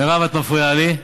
מירב, את מפריעה לי.